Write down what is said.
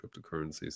cryptocurrencies